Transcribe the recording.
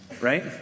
right